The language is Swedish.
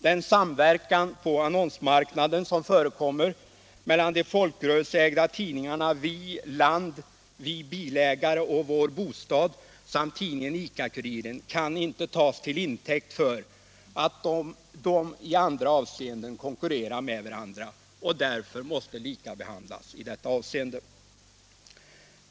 Den samverkan på annonsmarknaden som förekommer mellan de folkrörelseägda tidningarna Vi, Land, Vi Bilägare och Vår Bostad samt tidningen ICA-Kuriren kan inte tas till intäkt för att de i andra avseenden konkurrerar med varandra och därför måste likabehandlas i detta avseende.